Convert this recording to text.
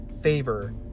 favor